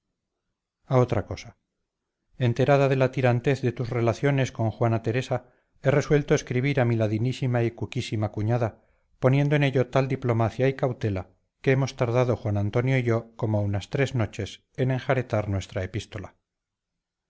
otra cosa enterada de la tirantez de tus relaciones con juana teresa he resuelto escribir a mi ladinísima y cuquísima cuñada poniendo en ello tal diplomacia y cautela que hemos tardado juan antonio y yo como unas tres noches en enjaretar nuestra epístola